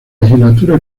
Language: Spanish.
legislatura